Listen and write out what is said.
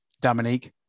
Dominique